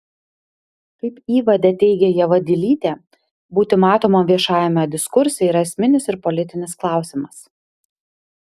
kaip įvade teigia ieva dilytė būti matomam viešajame diskurse yra esminis ir politinis klausimas